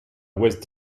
west